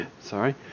Sorry